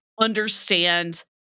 understand